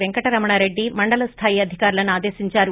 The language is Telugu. పెంకటరమణారెడ్డి మండల స్లాయి అధికారులను ఆదేశించారు